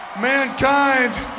mankind